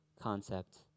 concept